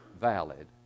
valid